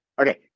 Okay